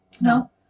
No